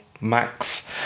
Max